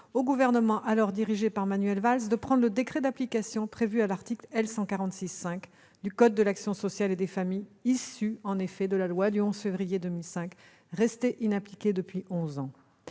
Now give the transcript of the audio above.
le Gouvernement, alors dirigé par Manuel Valls, de prendre le décret d'application prévu à l'article L.146-5 du code de l'action sociale et des familles, issu de la loi du 11 février 2005, restée inappliquée depuis onze ans.